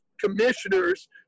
commissioners